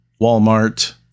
Walmart